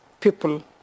people